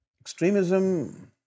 Extremism